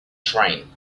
train